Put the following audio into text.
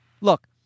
look